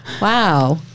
Wow